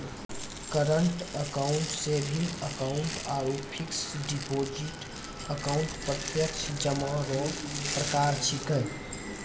current account saving account आरु fix deposit account प्रत्यक्ष जमा रो प्रकार छिकै